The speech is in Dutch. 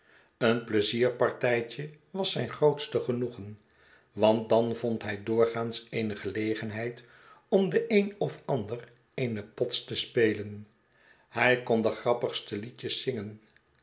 een pleizierpartijtje was zijn grootste genoegen want dan vond hij doorgaans eene gelegenheid om den een of ander eene pots te spelen hij kon de grappigste liedjes zingen